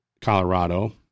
Colorado